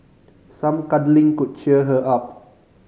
some cuddling could cheer her up